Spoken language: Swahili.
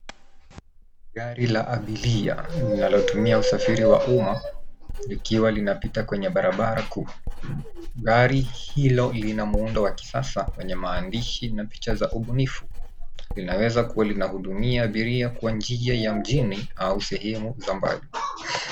Gari la abiria linalotumia usafiri wa umma likiwa linapita kwenye barabara kuu. Gari hilo lina muundo wa kisasa wenye maandishi na picha za ubunifu. Linaweza kuwa linahudumia abiria kwa njia ya mjini au sehemu za mbali.